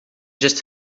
just